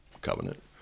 covenant